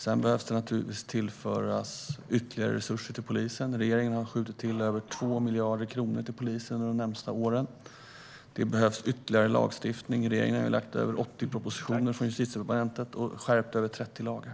Sedan behöver det naturligtvis tillföras ytterligare resurser till polisen. Regeringen har skjutit till över 2 miljarder kronor till polisen under de närmaste åren. Det behövs också ytterligare lagstiftning, och regeringen har lagt fram över 80 propositioner från Justitiedepartementet och skärpt över 30 lagar.